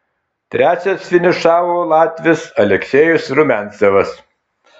trečias finišavo latvis aleksejus rumiancevas